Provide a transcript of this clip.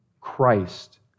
Christ